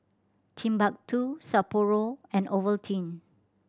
Timbuk Two Sapporo and Ovaltine